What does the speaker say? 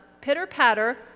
pitter-patter